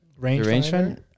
Rangefinder